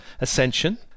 ascension